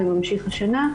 וממשיך השנה.